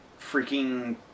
freaking